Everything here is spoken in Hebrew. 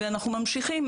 ואנחנו ממשיכים.